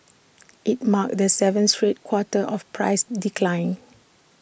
IT marked the seventh straight quarter of price decline